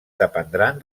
dependran